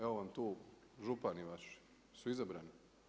Evo vam tu župani vaši, su izabrani?